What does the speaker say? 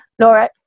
Laura